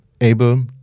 able